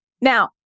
Now